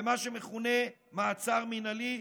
במה שמכונה "מעצר מינהלי",